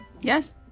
Yes